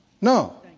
No